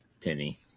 Penny